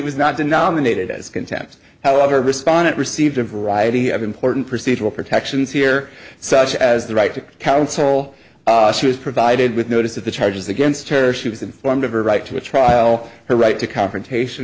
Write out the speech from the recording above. it was not denominated as contempt however respondent received a variety of important procedural protections here such as the right to counsel she was provided with notice of the charges against terror she was informed of her right to a trial her right to confrontation